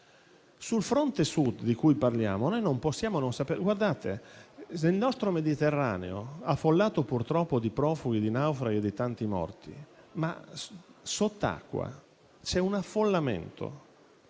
Sul fronte Sud di cui parliamo non possiamo non sapere cosa accade. Nel nostro Mediterraneo, affollato purtroppo di profughi, di naufraghi e di tanti morti, sott'acqua c'è un affollamento